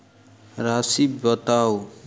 राशि बताउ